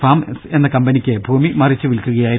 farms എന്ന കമ്പനിക്ക് ഭൂമി മറിച്ച് വിൽക്കുകയായിരുന്നു